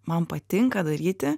man patinka daryti